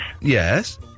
Yes